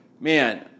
man